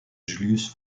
julius